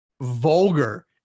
vulgar